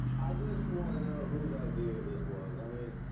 i just wanna know whose idea this was. i mean,